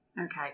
Okay